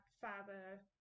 father